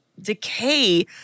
decay